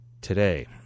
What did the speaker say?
today